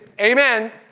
amen